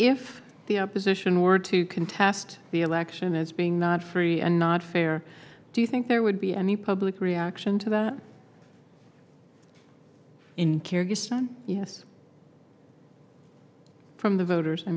if the opposition were to contest the election as being not free and not fair do you think there would be any public reaction to that in kyrgyzstan yes from the voters i